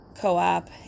co-op